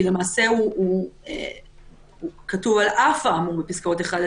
כי למעשה כתוב על אף האמור בפסקאות 3-1,